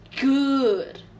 good